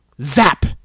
Zap